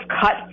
cut